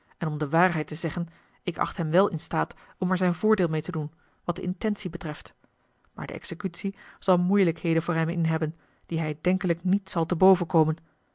en om de waarheid te zeggen ik acht hem wel in staat om er zijn voordeel mede te doen wat de intentie betreft maar a l g bosboom-toussaint de delftsche wonderdokter eel de executie zal moeielijkheden voor hem in hebben die hij denkelijk niet zal te boven komen